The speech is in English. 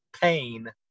pain